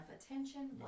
attention